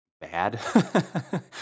bad